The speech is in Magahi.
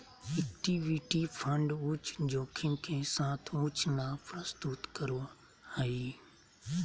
इक्विटी फंड उच्च जोखिम के साथ उच्च लाभ प्रस्तुत करो हइ